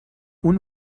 اون